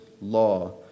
law